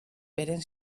beren